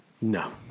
No